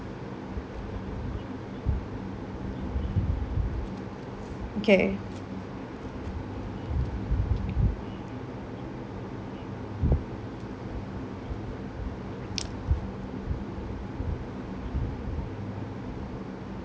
okay